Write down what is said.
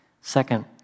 Second